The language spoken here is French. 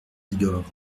bigorre